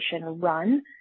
run